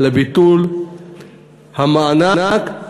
לביטול המענק,